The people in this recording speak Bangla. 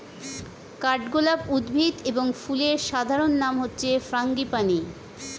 কাঠগোলাপ উদ্ভিদ এবং ফুলের সাধারণ নাম হচ্ছে ফ্রাঙ্গিপানি